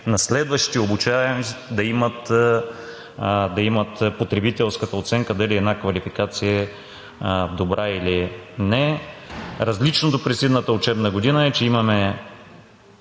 на следващите обучаеми да имат потребителската оценка дали една квалификация е добра, или не е. Различното с предходната учебна година е, че сега